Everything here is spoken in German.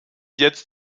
jetzt